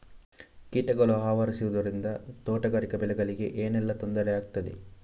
ಕೀಟಗಳು ಆವರಿಸುದರಿಂದ ತೋಟಗಾರಿಕಾ ಬೆಳೆಗಳಿಗೆ ಏನೆಲ್ಲಾ ತೊಂದರೆ ಆಗ್ತದೆ?